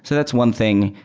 so that's one thing.